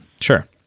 Sure